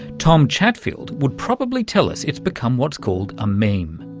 tom chatfield would probably tell us it's become what's called a meme.